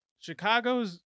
Chicago's